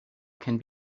can